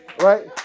Right